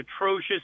atrocious